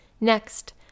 next